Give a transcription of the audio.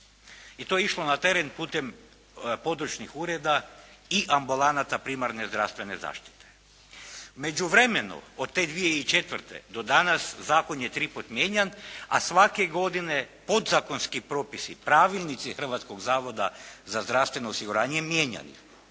I to je išlo na teren putem područnih ureda i ambulanata primarne zdravstvene zaštite. U međuvremenu, od te 2004. do danas zakon je tri puta mijenjan a svake godine podzakonski propisi, pravilnici Hrvatskog zavoda za zdravstveno osiguranje mijenjan